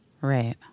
Right